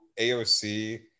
AOC